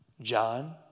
John